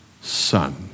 son